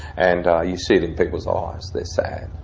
and you see it in people's eyes, they're sad.